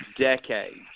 Decades